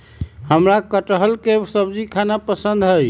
हमरा कठहल के सब्जी खाना पसंद हई